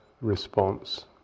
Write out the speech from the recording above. response